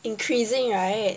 increasing right